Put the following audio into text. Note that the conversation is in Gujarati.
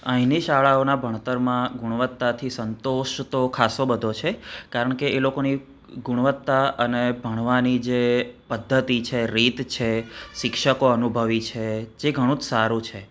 અહીંની શાળાઓનાં ભણતરમાં ગુણવત્તાથી સંતોષ તો ખાસો બધો છે કારણકે એ લોકોની ગુણવત્તા અને ભણવાની જે પદ્ધતિ છે રીત છે શિક્ષકો અનુભવી છે એ ઘણું જ સારું છે